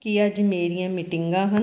ਕੀ ਅੱਜ ਮੇਰੀਆਂ ਮੀਟਿੰਗਾਂ ਹਨ